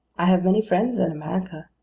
i have many friends in america,